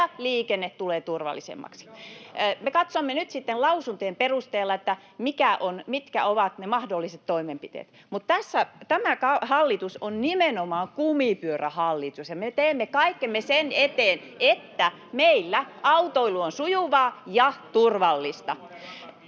Kurvinen: Hidastetaan!] Me katsomme nyt sitten lausuntojen perusteella, mitkä ovat ne mahdolliset toimenpiteet. Tämä hallitus on nimenomaan kumipyörähallitus, ja me teemme kaikkemme sen eteen, että meillä autoilu on sujuvaa ja turvallista.